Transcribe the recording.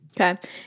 Okay